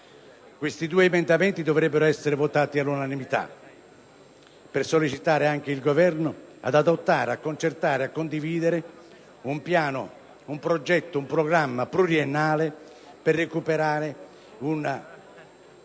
Questi due emendamenti dovrebbero essere votati all'unanimità per sollecitare il Governo ad adottare, a concertare e a condividere un piano, un progetto, un programma pluriennale per recuperare il